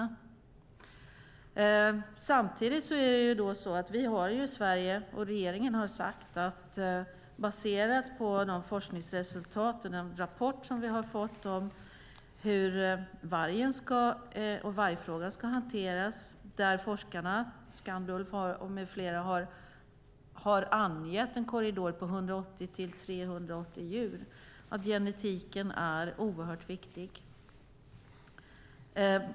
Samtidigt har regeringen sagt att, baserat på de forskningsresultat och den rapport som vi har fått om hur vargen och vargfrågan ska hanteras där forskarna från Skandulv med flera har angett en korridor på 180-380 djur, genetiken är oerhört viktig.